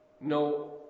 no